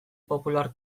popular